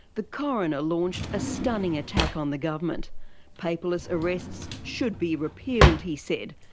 the coroner launched a stunning attack on the government paperless arrests should be repealed, he said,